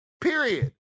period